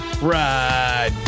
ride